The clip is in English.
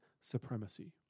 supremacy